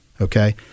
Okay